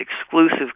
exclusive